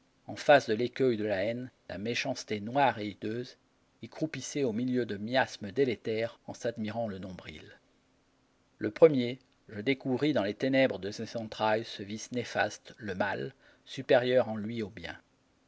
en face de l'écueil de la haine la méchanceté noire et hideuse qui croupissait au milieu de miasmes délétères en s'admirant le nombril le premier je découvris dans les ténèbres de ses entrailles ce vice néfaste le mal supérieur en lui au bien